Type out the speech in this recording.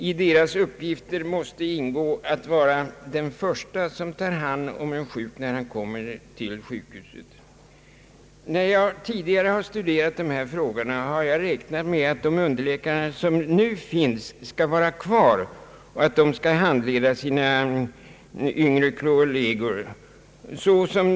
I deras uppgifter måste ingå att ta emot de sjuka för deras första behandling. När jag tidigare studerat dessa frågor räknade jag med att de underläkare som nu finns skall kvarstanna och handleda sina yngre kolleger.